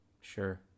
Sure